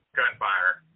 gunfire